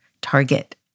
Target